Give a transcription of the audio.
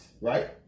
right